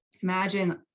imagine